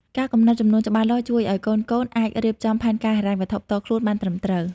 ការកំណត់ចំនួនច្បាស់លាស់ជួយឱ្យកូនៗអាចរៀបចំផែនការហិរញ្ញវត្ថុផ្ទាល់ខ្លួនបានត្រឹមត្រូវ។